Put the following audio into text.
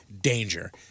Danger